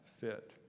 fit